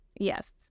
Yes